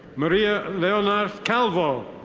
maria lionard-calvol.